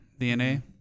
dna